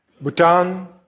Bhutan